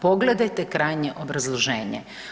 Pogledajte krajnje obrazloženje.